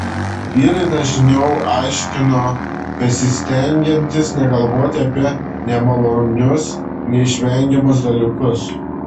vyrai dažniau aiškino besistengiantys negalvoti apie nemalonius neišvengiamus dalykus